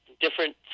Different